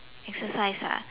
exercise ah